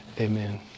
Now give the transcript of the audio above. Amen